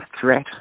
threat